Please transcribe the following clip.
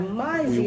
mais